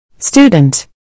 Student